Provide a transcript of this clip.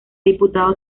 diputado